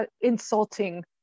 insulting